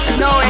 no